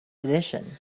edition